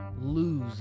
lose